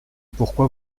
pourquoi